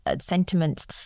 sentiments